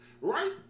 right